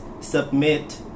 submit